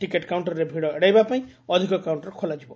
ticket କାଉକ୍କରରେ ଭିଡ଼ ଏଡ଼ାଇବା ପାଇଁ ଅଧିକ କାଉକ୍କର ଖୋଲାଯିବ